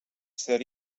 ser